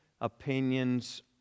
opinions